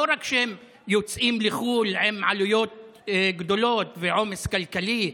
לא רק שהם יוצאים לחו"ל עם עלויות גדולות ועומס כלכלי,